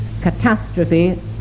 catastrophe